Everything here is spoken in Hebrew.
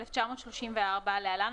1934‏ (להלן,